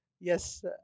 Yes